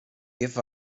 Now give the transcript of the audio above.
give